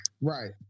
right